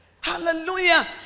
Hallelujah